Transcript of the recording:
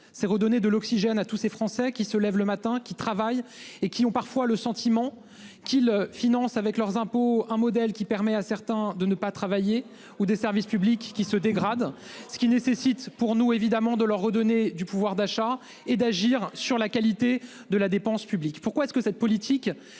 c'est redonner de l'oxygène à tous ces Français qui se lève le matin qui travaillent et qui ont parfois le sentiment qu'ils financent avec leurs impôts. Un modèle qui permet à certains de ne pas travailler ou des services publics qui se dégradent, ce qui nécessite pour nous évidemment de leur redonner du pouvoir d'achat et d'agir sur la qualité de la dépense publique. Pourquoi est-ce que cette politique